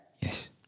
Yes